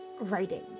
writing